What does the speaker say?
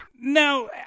Now